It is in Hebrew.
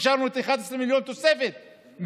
כשאישרנו את התוספת של ה-11 מיליון,